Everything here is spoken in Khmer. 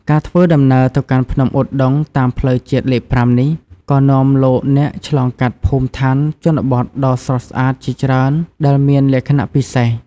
ការធ្វើដំណើរទៅកាន់ភ្នំឧដុង្គតាមផ្លូវជាតិលេខ៥ នេះ ក៏នាំលោកអ្នកឆ្លងកាត់ភូមិឋានជនបទដ៏ស្រស់ស្អាតជាច្រើនដែលមានលក្ខណៈពិសេស។